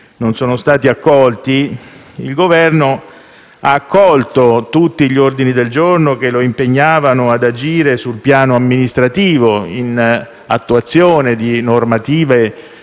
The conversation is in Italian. non sono stati accolti, il Governo ha accolto tutti gli ordini del giorno che lo impegnavano ad agire sul piano amministrativo in attuazione di normative